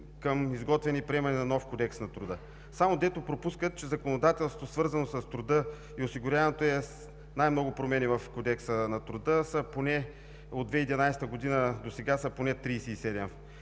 към изготвяне и приемане на нов Кодекс на труда. Само дето пропускат, че законодателството, свързано с труда и осигуряването, е с най-много промени в Кодекса на труда – от 2011 г. досега са поне 37,